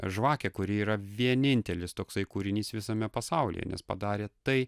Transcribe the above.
žvakę kuri yra vienintelis toksai kūrinys visame pasaulyje nes padarė tai